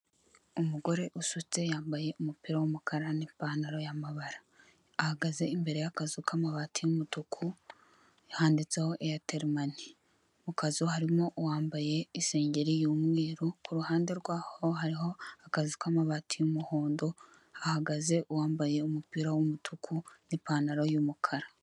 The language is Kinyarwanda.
Umugore usutse yambaye umupira w'umukara n'ipantaro y'amabara, ahagaze imbere yakazu k'amabati y'umutuku handitseho Airtel Money, mu kazu harimo uwambaye isengeri y'umweru, ku ruhande rwaho hariho akazu k'amabati y'umuhondo hahagaze wambaye umupira w'umutuku n'ipantaro y'umukara.